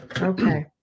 Okay